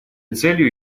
целью